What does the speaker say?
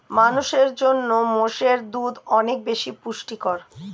মানুষের জন্য মোষের দুধ অনেক বেশি পুষ্টিকর